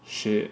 shit